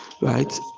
right